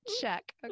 Check